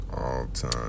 all-time